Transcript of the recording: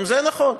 גם זה נכון.